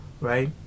right